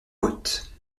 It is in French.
côtes